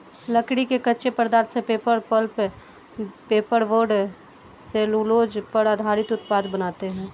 लकड़ी के कच्चे पदार्थ से paper, pulp, paper board, cellulose पर आधारित उत्पाद बनाते हैं